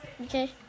Okay